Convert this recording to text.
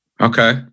Okay